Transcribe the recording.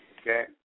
Okay